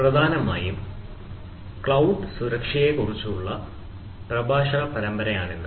പ്രധാനമായും ക്ലൌഡ് സുരക്ഷയെക്കുറിച്ചുള്ള പ്രഭാഷണ പരമ്പരയാണിന്ന്